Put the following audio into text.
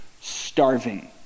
starving